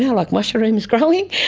yeah like mushrooms growing?